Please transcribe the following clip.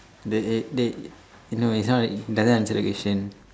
they eh they eh no it's not it doesn't answer the question